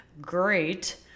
Great